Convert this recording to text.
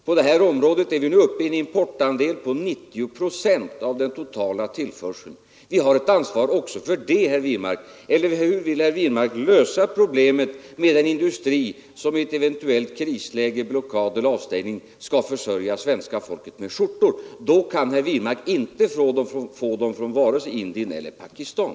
På detta område är vi nu uppe i en importandel på 90 procent av den totala tillförseln. Vi har ett anslag för det, herr Wirmark. Eller hur vill herr Wirmark lösa problemet med den industri som i ett eventuellt krisläge — blockad eller avstängning — skall försörja svenska folket med skjortor? Då kan herr Wirmark inte få dem från vare sig Indien eller Pakistan.